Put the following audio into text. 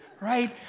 Right